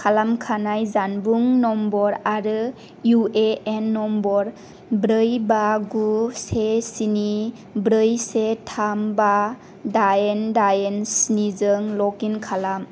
खालामखानाय जानबुं नम्बर आरो इउ ए एन नम्बर ब्रै बा गु से स्नि ब्रै से थाम बा दाइन दाइन स्नि जों लग इन खालाम